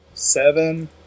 Seven